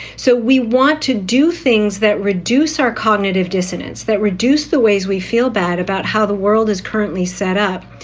so we want to do things that reduce our cognitive dissonance, that reduce the ways we feel bad about how the world is currently set up.